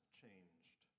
changed